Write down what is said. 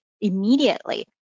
immediately